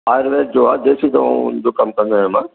आयुर्वेद जो आहे देसी दवाउनि जो कमु कंदो आहियां मां